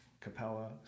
Capella